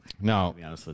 No